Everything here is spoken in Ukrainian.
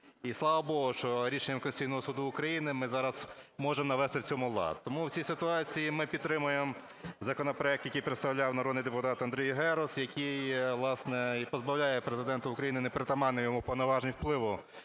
слава Богу, що рішенням Конституційного Суду України ми зараз можемо навести в цьому лад. Тому в цій ситуації ми підтримуємо законопроект, який представляв народний депутат Андрій Герус, який, власне, і позбавляє Президента України непритаманних йому повноважень впливу